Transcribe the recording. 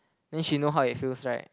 then she knows how it feels right